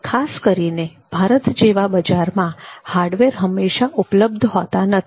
ખાસ કરીને ભારત જેવા બજારમાં હાર્ડવેર હંમેશાં ઉપલબ્ધ હોતો નથી